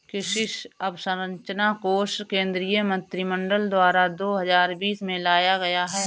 कृषि अंवसरचना कोश केंद्रीय मंत्रिमंडल द्वारा दो हजार बीस में लाया गया